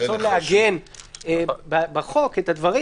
בדיוק לכן יש רצון לעגן בחוק את הדברים,